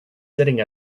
sitting